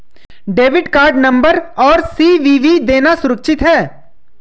Debit card number और CVV देना सुरक्षित है?